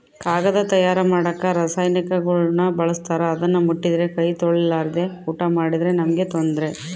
ಕಾಗದ ತಯಾರ ಮಾಡಕ ರಾಸಾಯನಿಕಗುಳ್ನ ಬಳಸ್ತಾರ ಅದನ್ನ ಮುಟ್ಟಿದ್ರೆ ಕೈ ತೊಳೆರ್ಲಾದೆ ಊಟ ಮಾಡಿದ್ರೆ ನಮ್ಗೆ ತೊಂದ್ರೆ